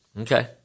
Okay